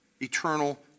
eternal